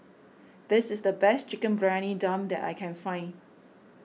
this is the best Chicken Briyani Dum that I can find